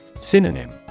Synonym